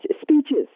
speeches